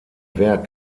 werk